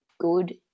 good